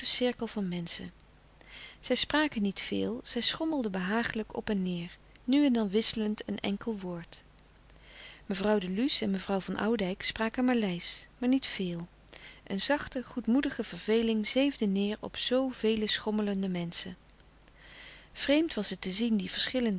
van menschen zij spraken niet veel zij schommelden behagelijk op en neêr nu en dan wisselend een enkel woord mevrouw de luce en mevrouw van oudijck spraken maleisch maar niet veel een zachte goedmoedige verveling zeefde neêr op zoo vele schommelende menschen vreemd was het te zien die